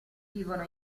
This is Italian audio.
vivono